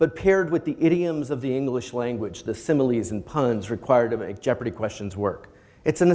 but paired with the idioms of the english language the similes and puns required to make jeopardy questions work it's an